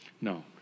no